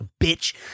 bitch